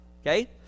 Okay